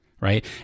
right